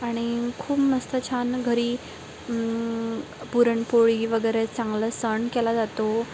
आणि खूप मस्त छान घरी पुरणपोळी वगैरे चांगला सण केला जातो